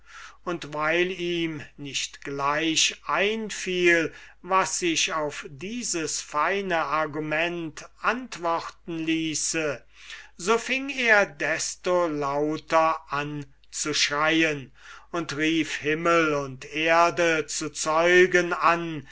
und weil ihm nicht gleich einfiel was sich auf dieses feine argument antworten ließe so fing er desto lauter an zu schreien und rief himmel und erde zu zeugen an